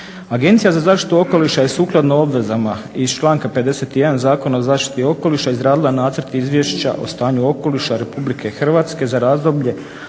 Agencija za zaštitu okoliša je sukladno obvezama iz članka 51. Zakona o zaštiti okoliša izradila Nacrt izvješća o stanju okoliša Republike Hrvatske za razdoblje